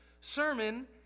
sermon